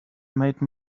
made